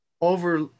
over